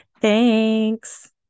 thanks